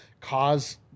cause